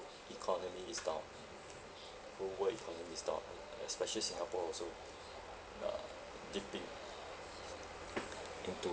economy is down whole world economy is down and especially singapore also uh dipping into